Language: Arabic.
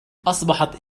أصبحت